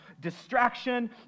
distraction